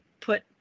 put